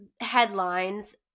headlines